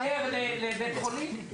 ייסעו יותר לבית חולים?